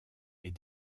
est